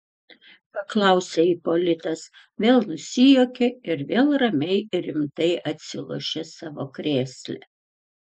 paklausė ipolitas vėl nusijuokė ir vėl ramiai ir rimtai atsilošė savo krėsle